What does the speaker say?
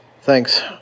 Thanks